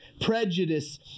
prejudice